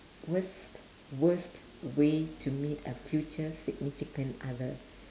worst worst way to meet a future significant other